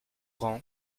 grand